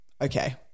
Okay